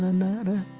murder,